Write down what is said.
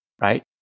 right